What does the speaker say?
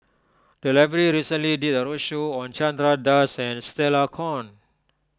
the library recently did a roadshow on Chandra Das and Stella Kon